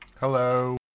Hello